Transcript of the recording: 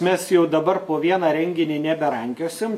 mes jau dabar po vieną renginį neberankiosim